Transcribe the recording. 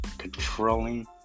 Controlling